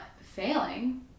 failing